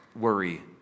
worry